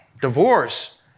divorce